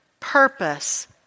purpose